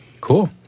Cool